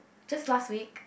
just last week